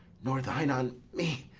nor thine on me!